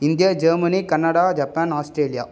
India Germany Canada Japan Australia